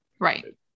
Right